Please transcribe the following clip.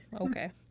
Okay